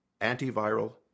antiviral